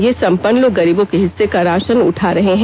ये संपन्न लोग गरीबों के हिस्से का राशन उठा ले रहे हैं